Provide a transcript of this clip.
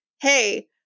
hey